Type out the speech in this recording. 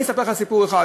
אני אספר לך סיפור אחד.